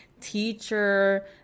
teacher